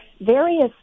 various